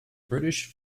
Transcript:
british